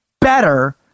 better